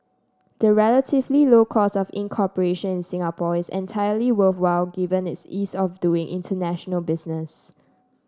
the relatively low cost of incorporation in Singapore is entirely worthwhile given its ease of doing international business